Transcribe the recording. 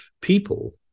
people